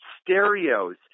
stereos